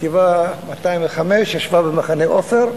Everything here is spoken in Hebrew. חטיבה 205 ישבה במחנה-עופר.